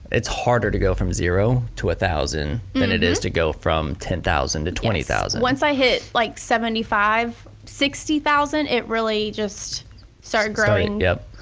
it's harder to go from zero to one thousand then it is to go from ten thousand to twenty thousand. once i hit like seventy five, sixty thousand, it really just started growing, yes.